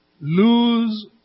lose